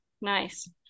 Nice